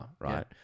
right